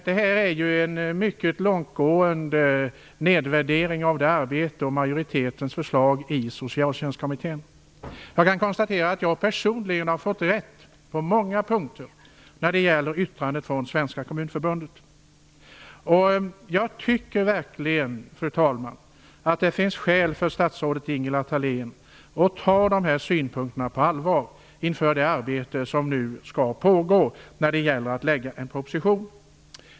Detta är en mycket långtgående nedvärdering av Socialtjänstkommitténs arbete och dess majoritets förslag. Jag kan konstatera att jag personligen i och med yttrandet från Svenska kommunförbundet har fått rätt på många punkter. Jag tycker verkligen, fru talman, att det finns skäl för statsrådet Ingela Thalén att ta de här synpunkterna på allvar inför det arbete som nu pågår med att utarbeta en proposition.